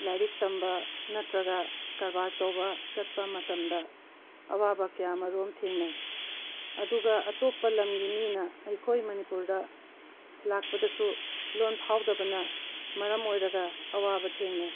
ꯂꯥꯏꯔꯤꯛ ꯇꯝꯕ ꯅꯠꯇ꯭ꯔꯒ ꯀꯔꯕꯥꯔ ꯇꯧꯕ ꯆꯠꯄ ꯃꯇꯝꯗ ꯑꯋꯥꯕ ꯀꯌꯥ ꯃꯔꯨꯝ ꯊꯦꯡꯅꯩ ꯑꯗꯨꯒ ꯑꯇꯣꯞꯄ ꯂꯝꯒꯤ ꯃꯤꯅ ꯑꯩꯈꯣꯏ ꯃꯅꯤꯄꯨꯔꯗ ꯂꯥꯛꯄꯗꯁꯨ ꯂꯣꯟ ꯐꯥꯎꯗꯕꯅ ꯃꯔꯝ ꯑꯣꯏꯔꯒ ꯑꯋꯥꯕ ꯊꯦꯡꯅꯩ